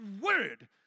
word